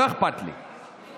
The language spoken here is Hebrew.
לא אכפת לי,